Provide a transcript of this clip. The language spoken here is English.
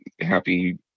happy